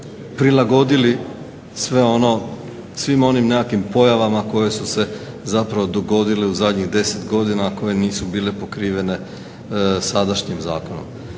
prilagodili svim onim nekakvim pojavama koje su se zapravo dogodile u zadnjih 10 godina koje nisu bile pokrivene sadašnjim zakonom.